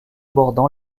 bordant